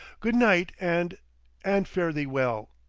good night and and fare thee well!